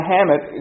Hammett